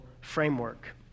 framework